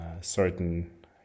certain